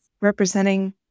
representing